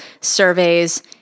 surveys